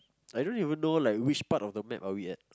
I don't even know like which part of the map are we at